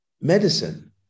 medicine